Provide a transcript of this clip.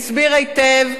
והסביר היטב,